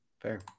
Fair